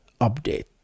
update